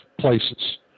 places